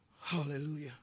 Hallelujah